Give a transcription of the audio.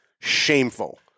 Shameful